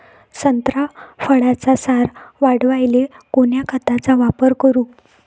संत्रा फळाचा सार वाढवायले कोन्या खताचा वापर करू?